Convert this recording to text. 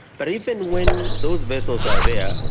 but even when those vessels are there,